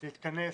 להתכנס,